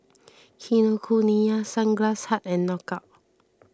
Kinokuniya Sunglass Hut and Knockout